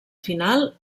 final